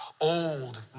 old